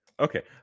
Okay